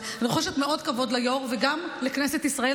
אני רוחשת כבוד רב ליו"ר וגם לכנסת ישראל.